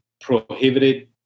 prohibited